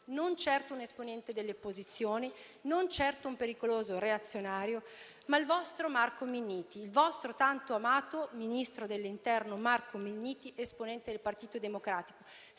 Non certo un esponente delle opposizioni, non certo un pericoloso reazionario, ma l'ha detto il vostro Marco Minniti, il vostro tanto amato ministro dell'interno Marco Minniti, esponente del Partito Democratico.